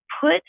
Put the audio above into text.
put